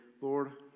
Lord